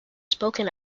spoken